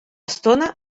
estona